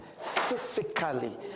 physically